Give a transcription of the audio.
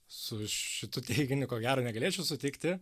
su šitu teiginiu ko gero negalėčiau sutikti